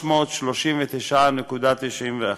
ב-339.91.